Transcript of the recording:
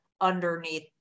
underneath